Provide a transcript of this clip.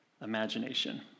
imagination